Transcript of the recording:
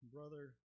Brother